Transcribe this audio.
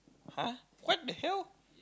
!huh! what the hell